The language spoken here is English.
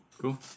Cool